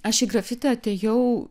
aš į grafiti atėjau